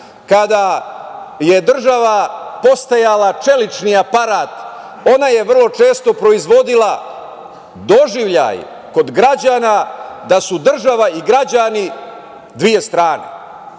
kada je država postajala čelični aparat, ona je vrlo često proizvodila doživljaj kod građana da su država i građani dve strane.